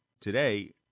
today